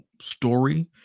story